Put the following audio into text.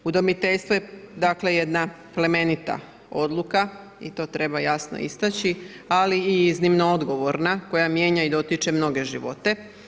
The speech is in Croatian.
Udomiteljstvo je dakle jedna plemenita odluka i to treba jasno istaći, ali i iznimno odgovorna koja mijenja i dotiče mnoge živote.